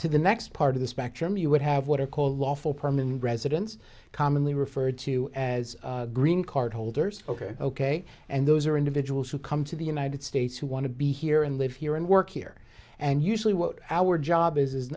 to the next part of the spectrum you would have what are called lawful permanent residents commonly referred to as green card holders ok ok and those are individuals who come to the united states who want to be here and live here and work here and usually what our job is